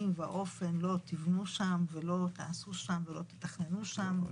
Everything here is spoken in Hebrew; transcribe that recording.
ואופן לא תבנו שם ולא תעשו שם ולא תתכננו שם?